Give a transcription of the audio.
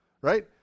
right